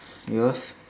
yours